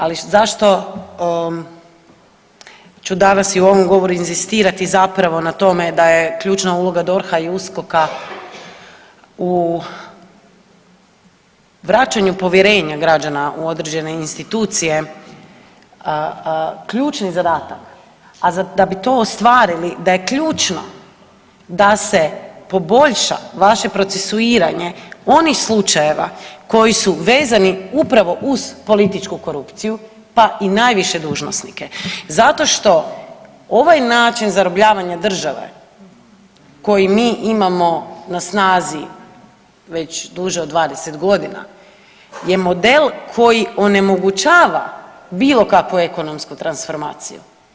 Ali zašto ću danas i u ovom govoru inzistirati zapravo na tome da je ključna uloga DORH-a i USKOK-a u vraćanju povjerenja građana u određene institucije ključni zadatak, a da bi to ostvarili da je ključno da se poboljša vaše procesuiranje onih slučajeva koji su vezani upravo uz političku korupciju pa i najviše dužnosnike zato što ovaj način zarobljavanja države koji mi imamo na snazi već duže od 20 godina je model koji onemogućava bilo kakvu ekonomsku transformaciju.